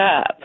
up